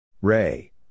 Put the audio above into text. Ray